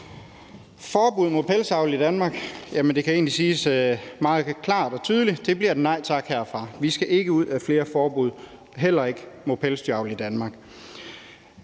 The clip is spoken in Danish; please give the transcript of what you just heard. forbud mod pelsdyravl i Danmark? Det kan egentlig siges meget klart og tydeligt, altså at det bliver et nej tak herfra. Vi skal ikke ud i flere forbud og heller ikke mod pelsdyravl i Danmark.